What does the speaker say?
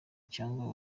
cyangwa